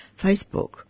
Facebook